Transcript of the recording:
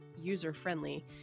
user-friendly